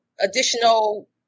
additional